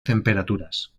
temperaturas